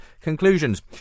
conclusions